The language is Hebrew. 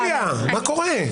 יוליה, מה קורה?